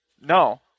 No